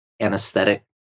anesthetic